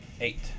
eight